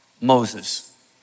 Moses